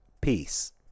peace